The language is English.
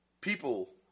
people